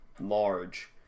large